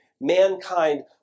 mankind